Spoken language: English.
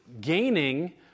gaining